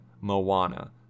Moana